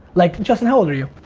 like, justin, how old are you?